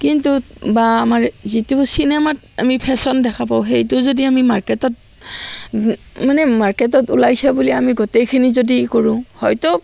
কিন্তু বা আমাৰ যিটো চিনেমাত আমি ফেশ্বন দেখা পাওঁ সেইটো যদি আমি মাৰ্কেটত মানে মাৰ্কেটত ওলাইছে বুলি আমি গোটেইখিনি যদি আমি ই কৰোঁ হয়তো